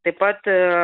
taip pat